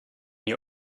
ihr